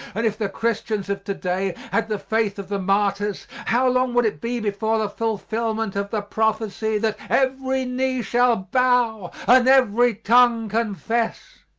and if the christians of to-day had the faith of the martyrs, how long would it be before the fulfilment of the prophecy that every knee shall bow and every tongue confess?